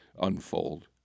unfold